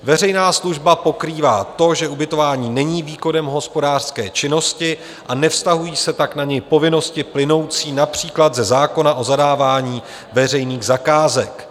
Veřejná služba pokrývá to, že ubytování není výkonem hospodářské činnosti, a nevztahují se tak na něj povinnosti plynoucí například ze zákona o zadávání veřejných zakázek.